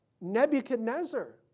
Nebuchadnezzar